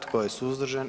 Tko je suzdržan?